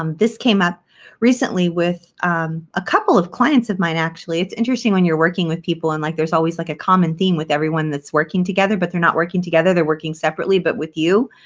um this came up recently with a couple of clients of mine actually. it's interesting when you're working with people and like there's always like a common theme with everyone that's working together but they're not working together. they're working separately but with you.